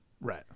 Right